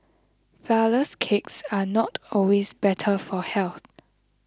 Flourless Cakes are not always better for health